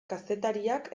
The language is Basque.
kazetariak